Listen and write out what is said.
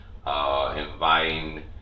inviting